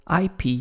IP